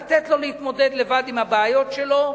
לתת לו להתמודד לבד עם הבעיות שלו,